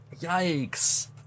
Yikes